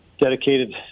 dedicated